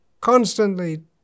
constantly